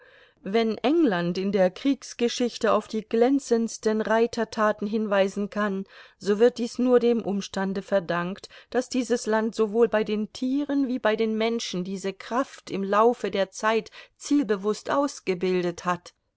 wenn england in der kriegsgeschichte auf die glänzendsten reitertaten hinweisen kann so wird dies nur dem umstande verdankt daß dieses land sowohl bei den tieren wie bei den menschen diese kraft im laufe der zeit zielbewußt ausgebildet hat